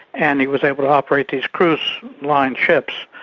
and he was able to operate these cruise line ships,